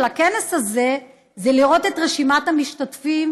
הכנס הזה זה לראות את רשימת המשתתפים,